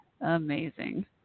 Amazing